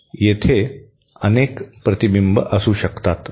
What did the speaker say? येथे अनेक प्रतिबिंब असू शकतात